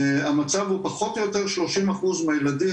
המצב הוא פחות או יותר 30% מהילדים,